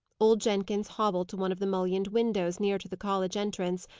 old jenkins hobbled to one of the mullioned windows near to the college entrance,